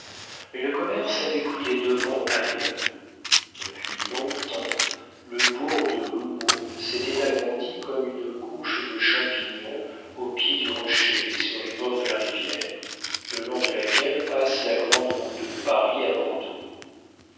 mais le commerce avait pris les devants ailleurs depuis longtemps le bourg de l'houmeau s'était agrandi comme une couche de champignons au pied du rocher et sur les bords de la rivière le long de laquelle passe la grande route de paris à bordeaux